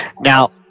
Now